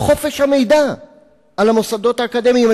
חופש המידע על המוסדות האקדמיים.